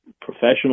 professional